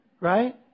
right